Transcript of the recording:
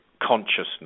consciousness